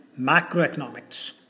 macroeconomics